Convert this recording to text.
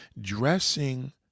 Dressing